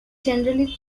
generally